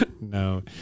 No